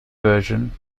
version